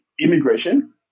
immigration